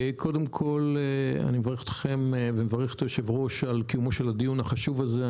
קודם כול אני מברך אתכם ומברך את היושב-ראש על קיום הדיון החשוב הזה.